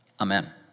Amen